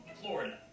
Florida